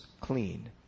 clean